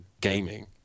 gaming